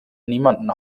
niemandem